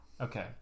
okay